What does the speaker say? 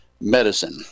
medicine